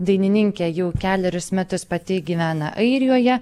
dainininkė jau kelerius metus pati gyvena airijoje